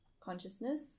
consciousness